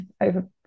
over